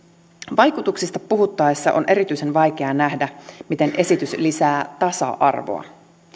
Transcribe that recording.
vaikutuksista puhuttaessa on erityisen vaikeaa nähdä miten esitys lisää tasa arvoa